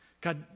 God